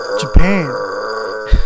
Japan